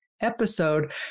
episode